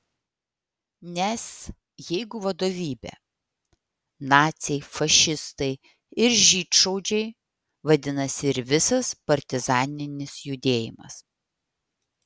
nes jeigu vadovybė naciai fašistai ir žydšaudžiai vadinasi ir visas partizaninis judėjimas